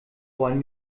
wollen